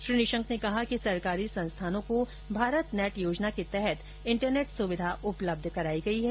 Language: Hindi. श्री निशंक ने कहा कि सरकारी संस्थानों को भारत नेट योजना के तहत इंटरनेट सुविधा उपलब्ध कराई गई है